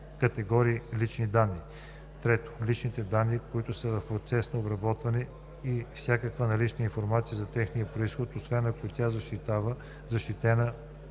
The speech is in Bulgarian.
лични данни; 3. личните данни, които са в процес на обработване, и всякаква налична информация за техния произход, освен ако тя е защитена